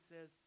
says